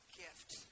gift